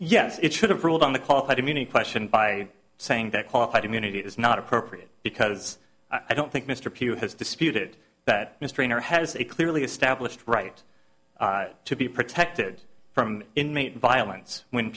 yes it should have ruled on the qualified immunity question by saying that qualified immunity is not appropriate because i don't think mr pugh has disputed that mystery nor has a clearly established right to be protected from inmate violence when